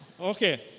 Okay